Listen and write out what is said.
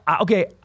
Okay